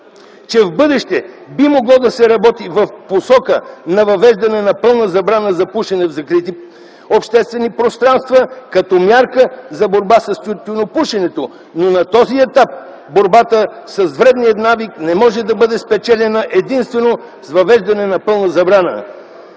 че в бъдеще би могло да се работи в посока на въвеждане на пълна забрана за пушене в закрити обществени пространства като мярка за борба с тютюнопушенето, но на този етап борбата с вредния навик не може да бъде спечелена единствено с въвеждане на пълна забрана.